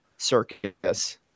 circus